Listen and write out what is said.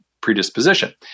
predisposition